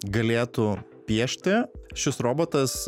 galėtų piešti šis robotas